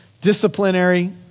disciplinary